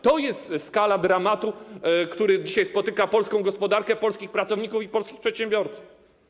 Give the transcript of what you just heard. To jest skala dramatu, który dzisiaj dotyka polską gospodarkę, polskich pracowników i polskich przedsiębiorców.